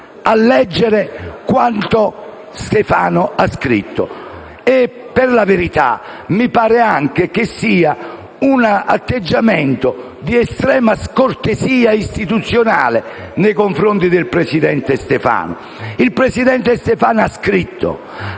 a leggere quanto egli ha scritto? Per la verità, mi pare anche che sia un atteggiamento di estrema scortesia istituzionale nei confronti del presidente Stefano che ha studiato,